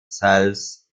cells